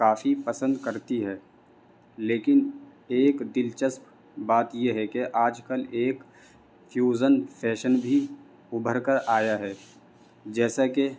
کافی پسند کرتی ہے لیکن ایک دلچسپ بات یہ ہے کہ آج کل ایک فیوزن فیشن بھی ابھر کر آیا ہے جیسا کہ